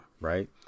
Right